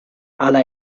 hala